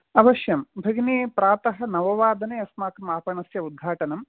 अवश्यं भगिनि प्रातः नववादने अस्माकम् आपणस्य उद्घाटनं